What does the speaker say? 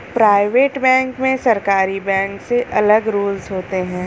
private bank में सरकारी bank से अलग रूल्स होते है